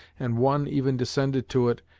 and one even descended to it,